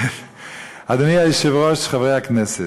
אדוני היושב-ראש, חברי הכנסת,